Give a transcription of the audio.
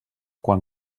quan